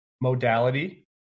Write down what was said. modality